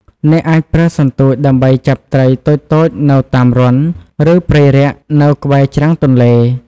អ្នកអាចប្រើសន្ទូចដើម្បីចាប់ត្រីតូចៗនៅតាមរន្ធ ឬព្រៃរាក់នៅក្បែរច្រាំងទន្លេ។